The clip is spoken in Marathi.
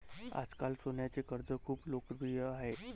आजकाल सोन्याचे कर्ज खूप लोकप्रिय आहे